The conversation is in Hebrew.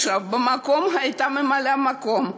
במקום הייתה ממלאת מקום,